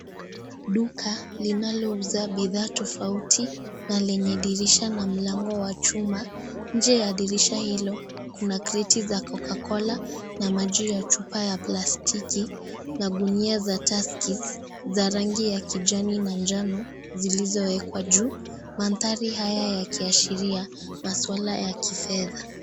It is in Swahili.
Duka linalouza bidhaa tofauti na lenye dirisha na mlango wa chuma. Nje ya dirisha hilo, kuna kreti za Coca Cola na maji ya chupa ya plastiki na gunia za Tuskys za rangi ya kijani na njano, zilizowekwa juu. Mandhari haya yakiashiria masuala ya kifedha.